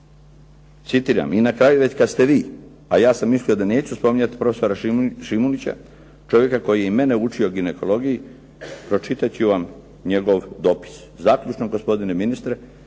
Citiram, na kraju kada ste već vi, a ja sam mislio da neću spominjati profesora Šimunića, čovjeka koji je mene učio ginekologiji, pročitat ću vam njegov dopis. "Zaključno gospodine ministre,